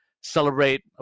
celebrate